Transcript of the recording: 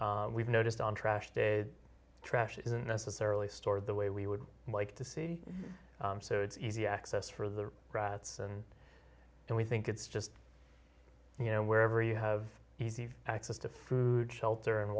we've noticed on trash day trash isn't necessarily stored the way we would like to see so it's easy access for the rats and and we think it's just you know wherever you have easy access to food shelter and